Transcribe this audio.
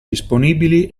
disponibili